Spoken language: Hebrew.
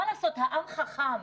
מה לעשות, העם חכם.